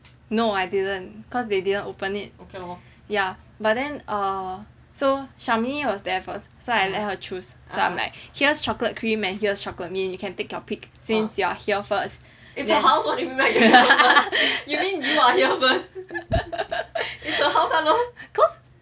no I didn't cause they didn't open it ya but then err so Shami was there first so I let her choose so I'm like here is chocolate cream and here is chocolate mint you can take your pick cause you are here first then cause